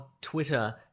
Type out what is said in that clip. Twitter